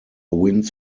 wins